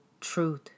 truth